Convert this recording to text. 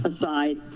aside